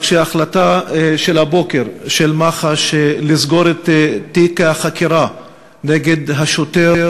רק שההחלטה של מח"ש מהבוקר לסגור את תיק החקירה נגד השוטר